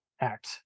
act